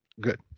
Good